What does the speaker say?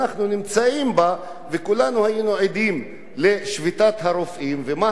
וכולנו היינו עדים לשביתת הרופאים ומה היה אחרי שביתת הרופאים,